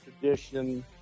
tradition